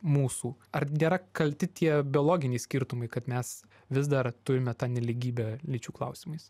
mūsų ar nėra kalti tie biologiniai skirtumai kad mes vis dar turime tą nelygybę lyčių klausimais